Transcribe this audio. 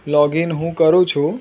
login હું કરું છું